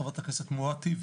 חברת הכנסת מואטי,